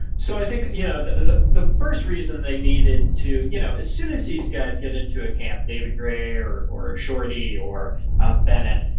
so i think yeah the the first reason they needed to, you know as soon as these guys get into a camp, david gray or or shorty or ah bennet,